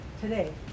today